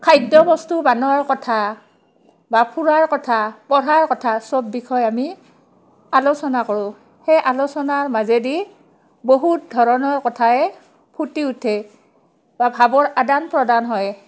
খাদ্যবস্তু বানোৱাৰ কথা বা ফুৰাৰ কথা পঢ়াৰ কথা চব বিষয়ে আমি আলোচনা কৰোঁ সেই আলোচনাৰ মাজেদি বহুত ধৰণৰ কথাই ফুটি উঠে বা ভাৱৰ আদান প্ৰদান হয়